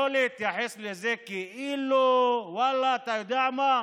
לא להתייחס לזה כאילו: ואללה, אתה יודע מה?